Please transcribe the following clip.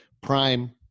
prime